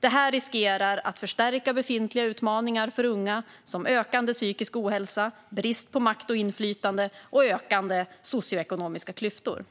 Det riskerar att förstärka befintliga utmaningar för unga, som ökande psykisk ohälsa, brist på makt och inflytande och ökande socioekonomiska klyftor.